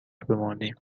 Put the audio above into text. بمانیم